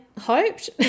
hoped